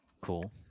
Cool